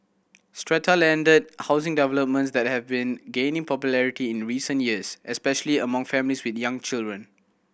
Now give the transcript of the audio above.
strata landed housing developments that have been gaining popularity in recent years especially among families with young children